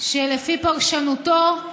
שלפי פרשנותו,